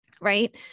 right